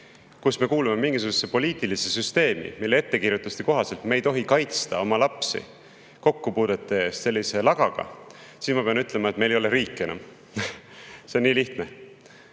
kus me kuulume mingisugusesse poliitilisse süsteemi, mille ettekirjutuste kohaselt me ei tohi kaitsta oma lapsi kokkupuudete eest sellise lagaga, siis ma pean ütlema, et meil ei ole enam riiki. See on nii lihtne.